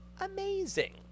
amazing